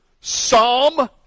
Psalm